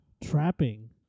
trapping